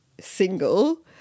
single